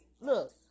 look